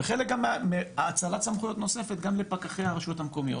וחלק גם מהאצלת סמכויות נוספת גם לפקחי הרשויות המקומיות.